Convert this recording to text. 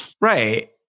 Right